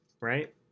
right